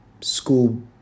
school